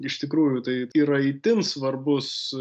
iš tikrųjų tai yra itin svarbus